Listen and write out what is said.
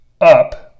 up